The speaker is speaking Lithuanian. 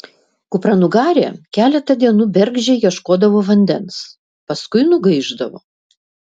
kupranugarė keletą dienų bergždžiai ieškodavo vandens paskui nugaišdavo